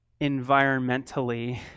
environmentally